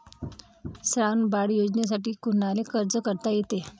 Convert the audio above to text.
श्रावण बाळ योजनेसाठी कुनाले अर्ज करता येते?